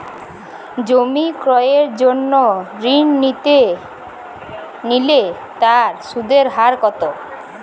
জমি ক্রয়ের জন্য ঋণ নিলে তার সুদের হার কতো?